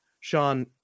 Sean